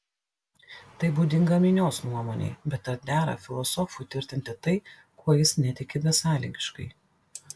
tai būdinga minios nuomonei bet ar dera filosofui tvirtinti tai kuo jis netiki besąlygiškai